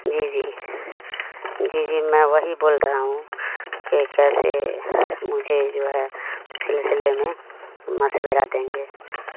جی جی جی جی میں وہی بول رہا ہوں کہ کیسے مجھے جو ہے سلسلے میں مسویرا دیں گے